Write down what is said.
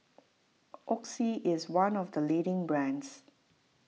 Oxy is one of the leading brands